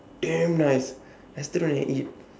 damn nice yesterday I eat